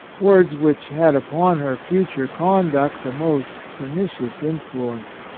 words which had upon her future conduct the most pernicious influence.